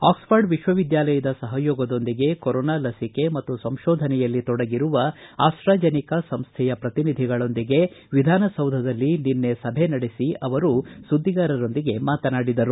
Oxford ವಿಶ್ವವಿದ್ಯಾಲಯದ ಸಹಯೋಗದೊಂದಿಗೆ corona ಲಸಿಕೆ ಮತ್ತು ಸಂಶೋಧನೆಯಲ್ಲಿ ತೊಡಗಿರುವ ಆಸ್ಸಾಜನಿಕಾ ಸಂಸ್ವೆಯ ಪ್ರತಿನಿಧಿಗಳೊಂದಿಗೆ ವಿಧಾನಸೌಧದಲ್ಲಿ ನಿನ್ನೆ ಸಭೆ ನಡೆಸಿ ಅವರು ಸುದ್ದಿಗಾರರೊಂದಿಗೆ ಮಾತನಾಡಿದರು